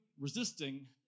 resisting